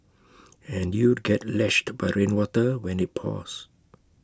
and you'd get lashed by rainwater when IT pours